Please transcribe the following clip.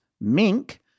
mink